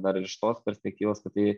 dar ir iš tos perspektyvos kad tai